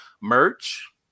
merch